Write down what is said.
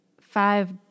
Five